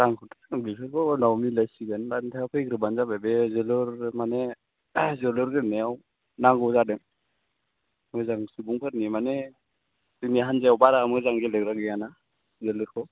रांखौथ' जों बेफोरखौ उनाव मिलायसिगोन दा नोंथाङा फैग्रोबानो जाबाय बे जोलुर माने जोलुर गेलेनायाव नांगौ जादों मोजां सुबुंफोरनि माने जोंनि हान्जायाव बारा मोजां गेलेग्रा गैयाना जोलुरखौ